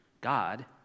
God